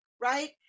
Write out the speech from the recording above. right